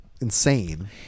Insane